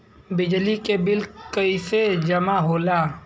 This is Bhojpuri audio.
बिजली के बिल कैसे जमा होला?